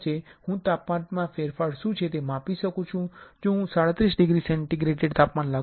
હું તાપમાનમાં ફેરફાર શું છે તે માપી શકું છું જો હું 37 ડિગ્રી સેન્ટિગ્રેડ લાગુ કરું